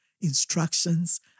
instructions